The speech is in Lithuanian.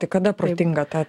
tai kada protinga tą